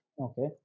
Okay